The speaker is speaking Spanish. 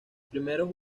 primeros